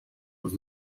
was